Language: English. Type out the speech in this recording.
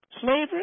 Slavery